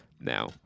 now